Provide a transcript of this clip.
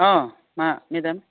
अह मा मेदाम